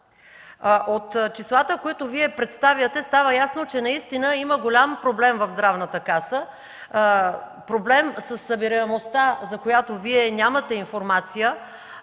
От числата, които Вие представяте, става ясно, че наистина има голям проблем в Здравната каса – със събираемостта, за която Вие нямате информация,